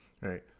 Right